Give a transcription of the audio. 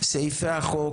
סעיפי החוק,